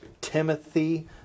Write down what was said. Timothy